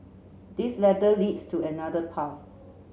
this ladder leads to another path